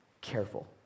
careful